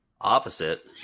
opposite